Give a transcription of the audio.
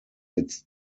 its